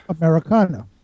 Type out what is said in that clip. Americana